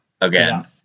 again